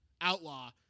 Outlaw